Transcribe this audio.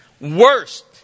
worst